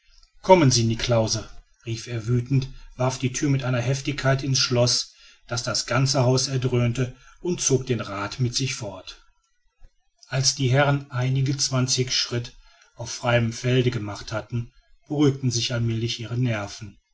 kommen sie niklausse rief er wüthend warf die thüre mit einer heftigkeit in's schloß daß das ganze haus erdröhnte und zog den rath mit sich fort als die herren einige zwanzig schritt auf freiem felde gemacht hatten beruhigten sich allmälig ihre nerven